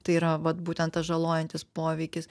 tai yra vat būtent tas žalojantis poveikis